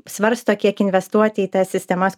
svarsto kiek investuoti į tas sistemas